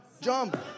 Jump